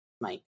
Mike